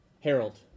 Harold